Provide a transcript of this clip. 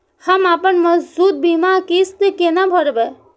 हम अपन मौजूद बीमा किस्त केना भरब?